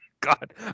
god